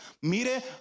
Mire